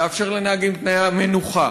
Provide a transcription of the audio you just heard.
לאפשר לנהגים תנאי מנוחה